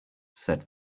said